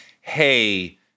hey